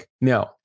no